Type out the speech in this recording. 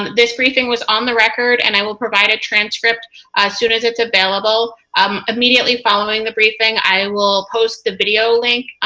this briefing was on the record, and i will provide a transcript as soon as its available. um immediately following the briefing, i will post the video link